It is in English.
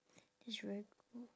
that's very cool